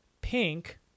Pink